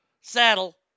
saddle